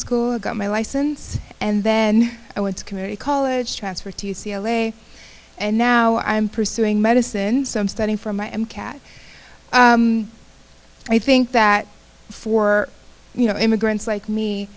school and got my license and then i went to community college transfer to u c l a and now i'm pursuing medicine so i'm studying for my m cat i think that for you know immigrants like me